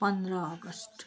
पन्ध्र अगस्त